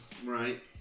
right